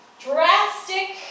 drastic